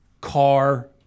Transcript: car